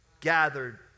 gathered